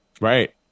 right